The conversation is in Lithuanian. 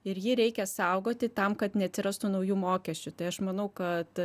ir jį reikia saugoti tam kad neatsirastų naujų mokesčių tai aš manau kad